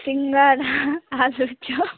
हजुर छ